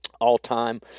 All-time